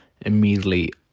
immediately